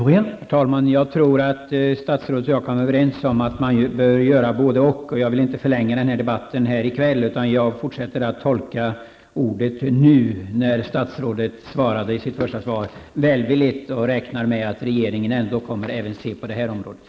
Herr talman! Jag tror att statsrådet och jag kan vara överens om att man bör göra både och. Jag vill inte förlänga debatten mer i kväll, och jag fortsätter att tolka ordet ''nu'' i statsrådets svar välvilligt. Jag räknar med att regeringen kommer att vidta åtgärder även på det här området.